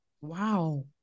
Wow